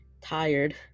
tired